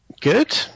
Good